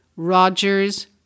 Rogers